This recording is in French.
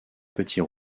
petits